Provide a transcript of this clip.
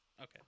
okay